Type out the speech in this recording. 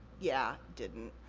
yeah, didn't.